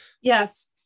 Yes